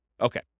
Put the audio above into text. Okay